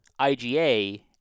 IgA